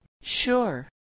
Sure